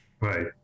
right